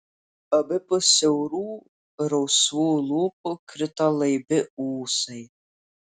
abipus siaurų rausvų lūpų krito laibi ūsai